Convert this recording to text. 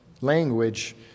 language